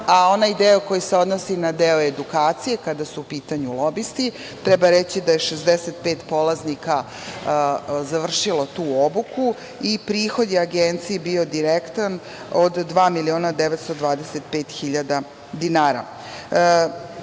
a onaj deo koji se odnosi na deo edukacije kada su u pitanju lobisti treba reći da je 65 polaznika završilo tu obuku i prihod Agenciji je bio direktan od 2925.000 dinara. Ono